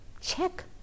check